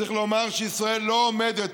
צריך לומר שישראל לא עומדת,